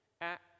act